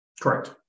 Correct